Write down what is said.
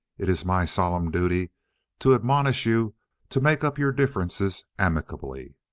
it is my solemn duty to admonish you to make up your differences amicably.